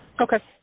Okay